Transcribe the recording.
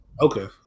Okay